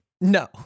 No